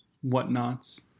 whatnots